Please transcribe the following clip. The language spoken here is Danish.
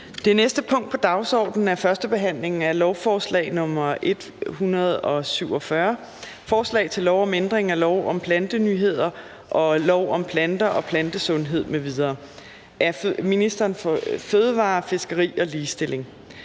Det næste punkt på dagsordenen er: 3) 1. behandling af lovforslag nr. L 147: Forslag til lov om ændring af lov om plantenyheder og lov om planter og plantesundhed m.v. (Opgaver i forbindelse med